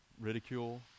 ridicule